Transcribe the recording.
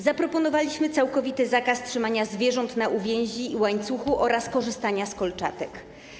Zaproponowaliśmy całkowity zakaz trzymania zwierząt na uwięzi i łańcuchu oraz korzystania z kolczatek.